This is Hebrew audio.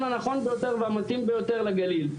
הנכון ביותר והמתאים ביותר לגליל.